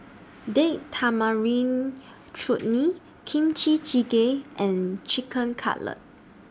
Date Tamarind Chutney Kimchi Jjigae and Chicken Cutlet